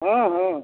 हाँ हाँ